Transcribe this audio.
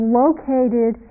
located